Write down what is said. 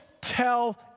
tell